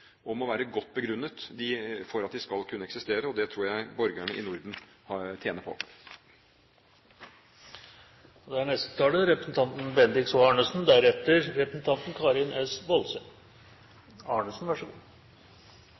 og må være godt begrunnet for at de skal kunne eksistere. Det tror jeg borgerne i Norden tjener på. Det formaliserte samarbeidet mellom de nordiske land er